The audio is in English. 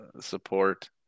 support